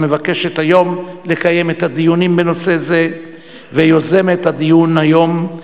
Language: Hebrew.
המבקשת היום לקיים את הדיונים בנושא זה ויוזמת הדיון היום,